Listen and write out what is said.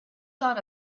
son